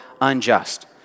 unjust